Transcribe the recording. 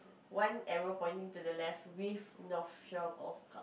one arrow pointing to the left with North Shore Golf Club